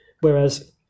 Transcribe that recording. whereas